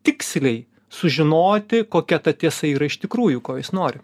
tiksliai sužinoti kokia ta tiesa yra iš tikrųjų ko jis nori